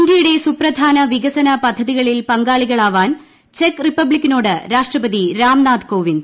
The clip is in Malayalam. ഇന്ത്യയുടെ സുപ്രധാന വികസന പദ്ധതികളിൽ പങ്കാളികളാവാൻ ചെക്ക് റിപ്പബ്ലിക്കിനോട് രാഷ്ട്രപതി രാംനാഥ് കോവിന്ദ്